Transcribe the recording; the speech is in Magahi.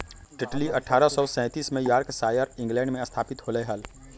टेटली अठ्ठारह सौ सैंतीस में यॉर्कशायर, इंग्लैंड में स्थापित होलय हल